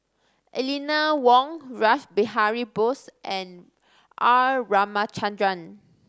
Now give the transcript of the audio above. Eleanor Wong Rash Behari Bose and R Ramachandran